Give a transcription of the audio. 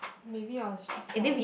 maybe I'll just like